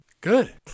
Good